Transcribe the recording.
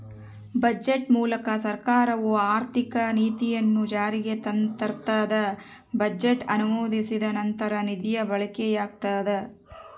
budget ಮೂಲಕ ಸರ್ಕಾರವು ಆರ್ಥಿಕ ನೀತಿಯನ್ನು ಜಾರಿಗೆ ತರ್ತದ ಬಜೆಟ್ ಅನುಮೋದಿಸಿದ ನಂತರ ನಿಧಿಯ ಬಳಕೆಯಾಗ್ತದ